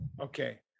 okay